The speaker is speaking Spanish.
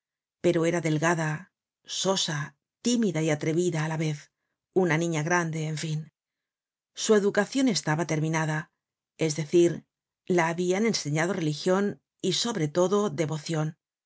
pero era delgada sosa tímida y atrevida á la vez una niña grande en fin su educacion estaba terminada es decir la habian enseñado religion y sobre todo devocion